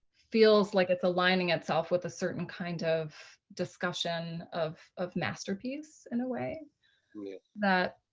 feels like it's aligning itself with a certain kind of discussion of of masterpiece in a way that.